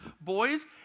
Boys